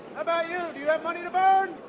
about you, do you have money to burn?